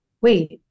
wait